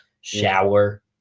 shower